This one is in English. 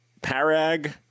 Parag